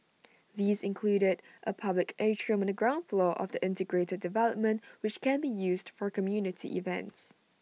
these included A public atrium on the ground floor of the integrated development which can be used for community events